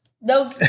No